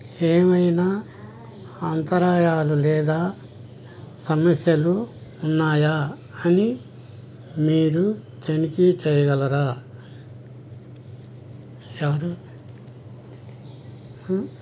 ఏమైనా అంతరాయాలు లేదా సమస్యలు ఉన్నాయా అని మీరు తనిఖీ చేయగలరా ఎవరు